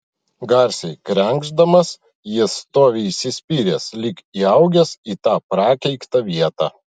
garsiai krenkšdamas jis stovi įsispyręs lyg įaugęs į tą prakeiktą vietą